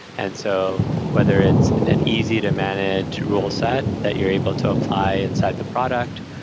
and so whether it's an easy to manage rule set that you're able to apply inside the product,